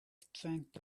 strength